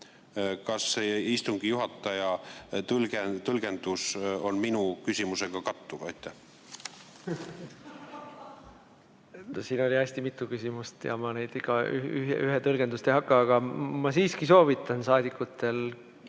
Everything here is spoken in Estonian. Kas istungi juhataja tõlgendus on minu küsimusega kattuv? Siin oli hästi mitu küsimust ja ma neile tõlgendust andma ei hakka. Ma siiski soovitan saadikutel